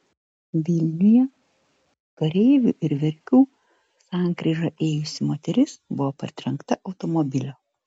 vilniuje kareivių ir verkių gatvių sankryža ėjusi moteris buvo partrenkta automobilio